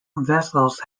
vessels